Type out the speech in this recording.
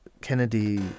Kennedy